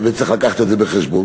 וצריך לקחת את זה בחשבון.